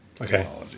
Okay